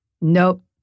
Nope